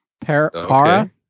para